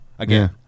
Again